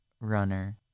runner